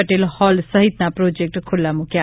Patel hall સહિતના project ખુલ્લા મૂક્યા